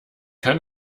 kann